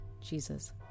jesus